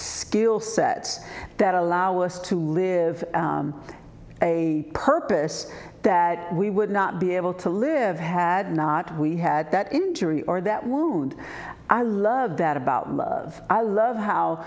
skill sets that allow us to live a purpose that we would not be able to live had not we had that injury or that wound i love that about love i love how